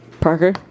Parker